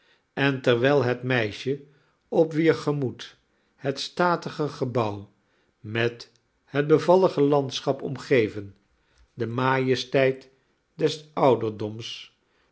en terwijl het meisje op wier gemoed het statige gebouw met het bevallige landschap omgeven de majesteit des ouderdoms